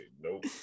Nope